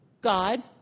god